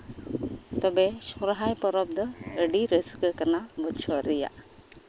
ᱛᱚᱵᱮ ᱥᱚᱨᱦᱟᱭ ᱯᱚᱨᱚᱵᱽ ᱫᱚ ᱟᱹᱰᱤ ᱨᱟᱹᱥᱠᱟᱹ ᱠᱟᱱᱟ ᱵᱩᱡᱷᱟᱹᱣ ᱨᱮᱭᱟᱜ